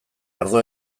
ardo